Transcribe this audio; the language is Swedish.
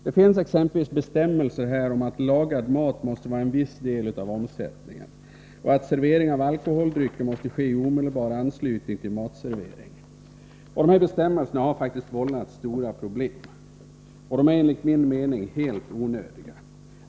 Det finns exempelvis bestämmelser om att lagad mat måste utgöra en viss del av omsättningen och att servering av alkoholdrycker måste ske i omedelbar anslutning till matservering. Dessa bestämmelser har faktiskt vållat stora problem. De är enligt min mening helt onödiga.